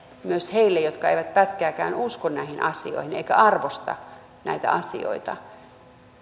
myös heille jotka eivät pätkääkään usko näihin asioihin eivätkä arvosta näitä asioita